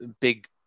big